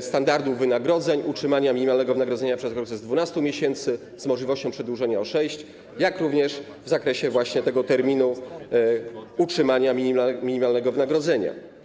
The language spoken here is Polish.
standardów wynagrodzeń, utrzymania minimalnego wynagrodzenia przez okres 12 miesięcy, z możliwością przedłużenia o 6, jak również w zakresie terminu utrzymania minimalnego wynagrodzenia.